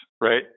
right